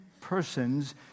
persons